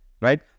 right